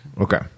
Okay